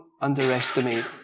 underestimate